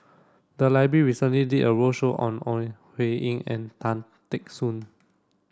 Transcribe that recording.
the library recently did a roadshow on Ore Huiying and Tan Teck Soon